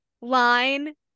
line